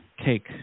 cake